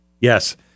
Yes